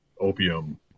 opium